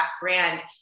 brand